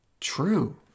true